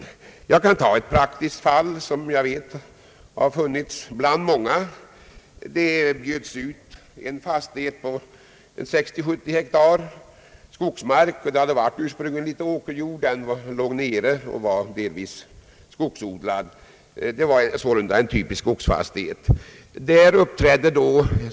Jag kan ta ett praktiskt fall som jag känner till, ett fall bland många. En fastighet på 60 å 70 hektar skogsmark, som ursprungligen hade omfattat också litet åkerjord, bjöds ut till försäljning. Åkerjorden, som var delvis skogsodlad, låg nere, och det var således en typisk skogsfastighet.